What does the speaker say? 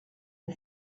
the